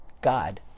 God